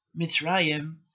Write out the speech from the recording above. Mitzrayim